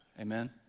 Amen